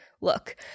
look